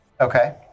Okay